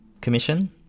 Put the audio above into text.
Commission